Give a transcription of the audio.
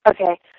Okay